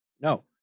No